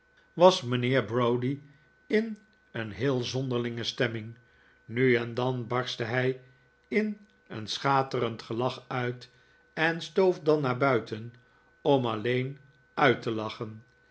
ons heer browdie in een heel zonderlinge stemming riu en dan harstte tu in een schaterend gelach uit en stoof dan naar buiten om alleen uit te lachen